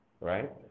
right